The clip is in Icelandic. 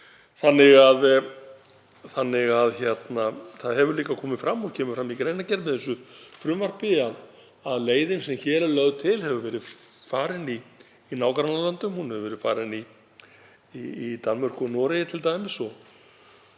fram. Það hefur líka komið fram og kemur fram í greinargerð með þessu frumvarpi að leiðin sem hér er lögð til hefur verið farin í nágrannalöndum. Hún hefur verið farin í Danmörku og Noregi t.d. og